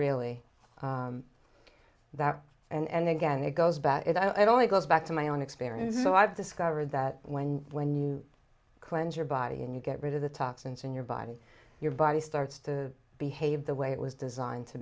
really that and then again it goes about it i'd only goes back to my own experience so i've discovered that when when you cleanse your body and you get rid of the toxins in your body your body starts to behave the way it was designed to